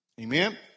Amen